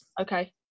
Okay